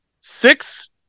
six